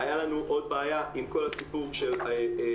הייתה לנו עוד בעיה עם כל הסיפור של תקופת